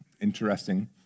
interesting